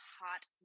hot